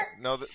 No